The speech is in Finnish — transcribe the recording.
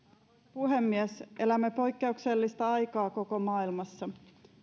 puhemies elämme poikkeuksellista aikaa koko maailmassa